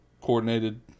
coordinated